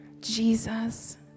Jesus